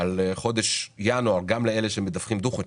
על חודש ינואר גם לגבי אלה שמדווחים דו חודשי.